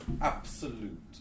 absolute